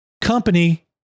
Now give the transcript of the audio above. company